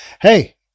hey